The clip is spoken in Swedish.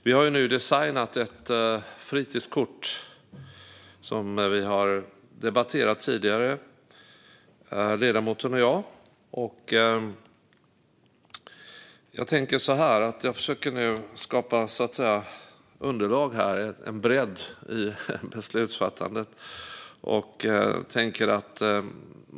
Vi har designat ett fritidskort som ledamoten och jag har debatterat tidigare. Jag försöker nu skapa ett underlag, en bredd, i beslutsfattandet.